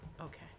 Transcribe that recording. Okay